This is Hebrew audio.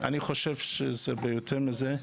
אני חושב שזה הרבה יותר מזה.